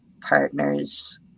partners